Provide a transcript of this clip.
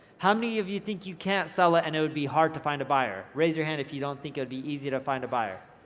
how many of you think you can't sell it ah and it would be hard to find a buyer? raise your hand if you don't think it would be easy to find a buyer.